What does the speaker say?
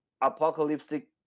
apocalyptic